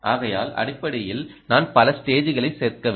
ஆகையால் அடிப்படையில் நான் பல ஸ்டேஜ்களைச் சேர்க்கவில்லை